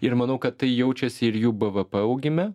ir manau kad tai jaučiasi ir jų bvp augime